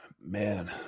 Man